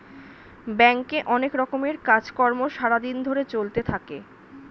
ব্যাংকে অনেক রকমের কাজ কর্ম সারা দিন ধরে চলতে থাকে